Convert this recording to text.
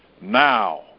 Now